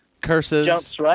curses